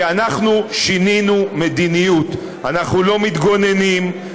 כי אנחנו שינינו מדיניות: אנחנו לא מתגוננים,